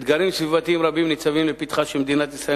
אתגרים סביבתיים רבים ניצבים לפתחה של מדינת ישראל,